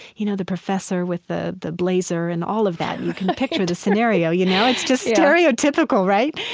you know, the professor with the the blazer and all of that you can picture the scenario, you know. it's just stereotypical, right?